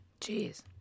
Jeez